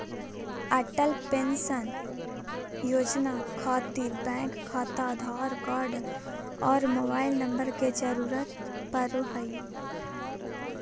Atal pension योजना खातिर bank खाता आधार कार्ड आर मोबाइल नम्बर के जरूरत परो हय